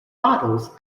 bottles